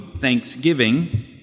Thanksgiving